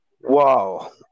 Wow